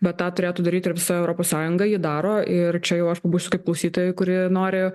bet tą turėtų daryti ir visa europos sąjunga ji daro ir čia jau aš būsiu kaip klausytojai kurie nori